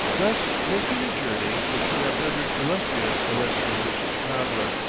thus making a journey which would have rendered illustrious a less ambitious traveller.